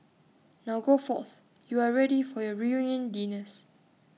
now go forth you are ready for your reunion dinners